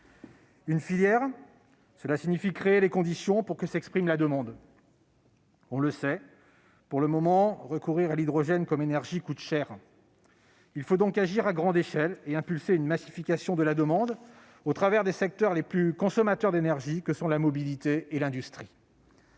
une filière, cela signifie créer les conditions pour que s'exprime la demande. Or, on le sait, pour le moment, le recours à l'hydrogène comme source d'énergie coûte cher. Il faut donc agir à grande échelle et impulser une massification de la demande, au travers des secteurs les plus consommateurs d'énergie : la mobilité et l'industrie.